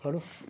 حرف